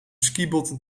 skibotten